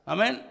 Amen